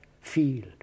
field